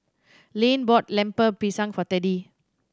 Lane bought Lemper Pisang for Teddy